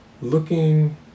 looking